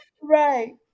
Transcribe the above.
Right